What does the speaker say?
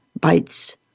bites